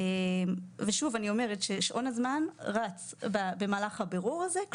שוב אני אומרת ששעון הזמן רץ במהלך הבירור הזה.